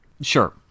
Sure